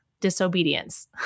disobedience